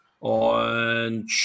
on